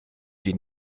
die